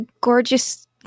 gorgeous